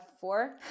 four